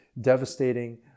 devastating